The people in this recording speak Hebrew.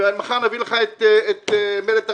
ואני מחר מביא לך את "מלט הרטוב".